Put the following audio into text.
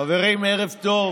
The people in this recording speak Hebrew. חברים, ערב טוב.